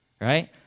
right